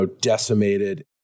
decimated